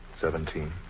Seventeen